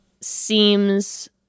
seems